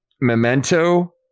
Memento